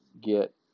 get